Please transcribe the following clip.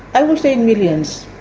i would say millions,